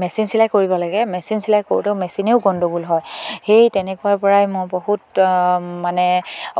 machine চিলাই কৰিব লাগে মেচিন চিলাই কৰোঁতেও মেচিনেও গন্দগোল হয় সেই তেনেকুৱা পৰাই মই বহুত মানে